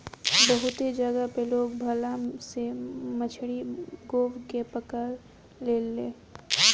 बहुते जगह पे लोग भाला से मछरी गोभ के पकड़ लेला